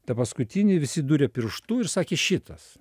tą paskutinį visi duria pirštu ir sakė šitas